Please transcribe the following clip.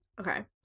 Okay